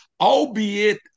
Albeit